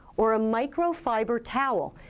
or a microfiber towel.